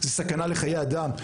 זה סכנה לחיי אדם,